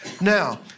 now